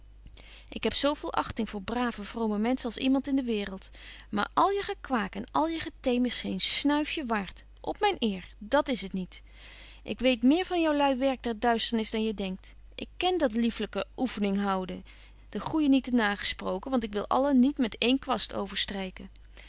ik heb zo veel achting voor brave vrome menschen als iemand in de waereld maar al je gekwaek en al je geteem is geen snuifje waart op myn eer dat is het niet ik weet meer van joului werk der duisternis dan je denkt ik ken dat lieflyk oeffening houden de goeijen niet te na gesproken want ik wil allen niet met één kwast